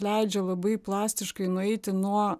leidžia labai plastiškai nueiti nuo